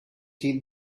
heed